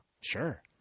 Sure